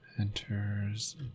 Enters